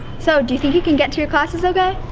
so do you think you can get to your classes, okay? ah.